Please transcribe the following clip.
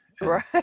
Right